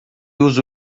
uso